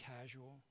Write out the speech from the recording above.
casual